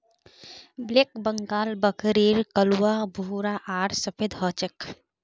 black Bengal बकरीर कलवा भूरा आर सफेद ह छे